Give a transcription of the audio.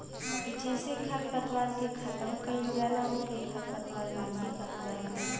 जेसे खरपतवार के खतम कइल जाला ओके खरपतवार नाशी कहल जाला